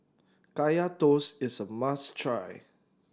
Kaya Toast is a must try